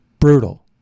brutal